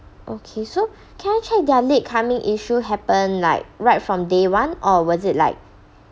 okay so can I check their late coming issue happened like right from day one or was it like